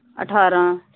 ਅਠਾਰ੍ਹਾਂ